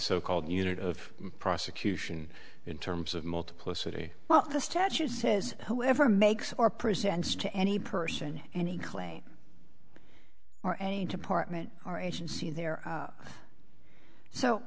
so called unit of prosecution in terms of multiplicity well the statute says whoever makes or presents to any person any clay or any department or agency there